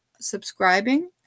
subscribing